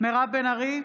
מירב בן ארי,